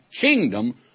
kingdom